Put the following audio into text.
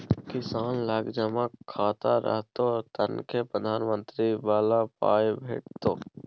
किसान लग जमा खाता रहतौ तखने प्रधानमंत्री बला पाय भेटितो